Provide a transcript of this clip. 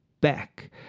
back